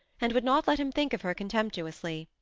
and would not let him think of her contemptuously.